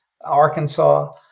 Arkansas